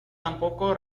tampoco